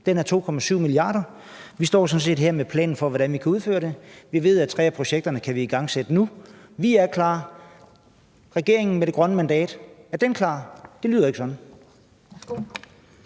den er 2,7 mia. kr. Vi står sådan set her med planen for, hvordan vi kan udføre det, og vi ved, at tre af projekterne kan vi igangsætte nu. Vi er klar. Regeringen med det grønne mandat – er den klar? Det lyder ikke sådan.